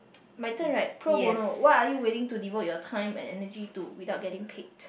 my turn right pro bono what are you waiting to devote your time and energy to without getting paid